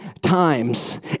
times